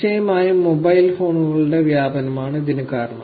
നിശ്ചയമായും മൊബൈൽ ഫോണുകളുടെ വ്യാപനമാണ് ഇതിനു കാരണം